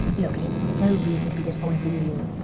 look, he'd no reason to be disappointed in you.